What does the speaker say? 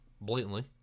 Blatantly